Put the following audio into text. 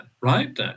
right